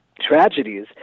tragedies